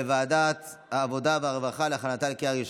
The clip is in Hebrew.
לוועדת העבודה והרווחה נתקבלה.